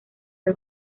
del